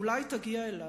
אולי תגיע אליו.